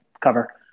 cover